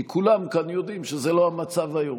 כי כולם כאן יודעים שזה לא המצב היום.